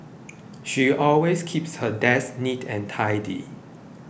she always keeps her desk neat and tidy